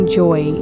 joy